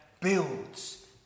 builds